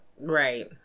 Right